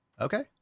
Okay